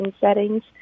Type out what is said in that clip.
settings